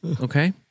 Okay